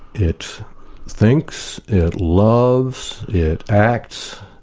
it thinks, it loves, it acts.